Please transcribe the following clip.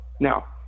Now